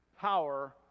power